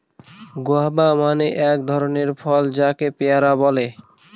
guava মানে এক ধরনের ফল যাকে পেয়ারা বলে